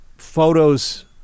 photos